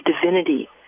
divinity